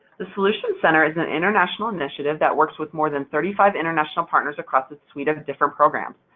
the solutions center is an international initiative that works with more than thirty five international partners across a suite of different programs.